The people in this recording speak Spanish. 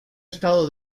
estado